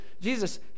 Jesus